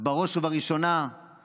בראש ובראשונה על הנגשה,